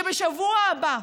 שבשבוע הבא,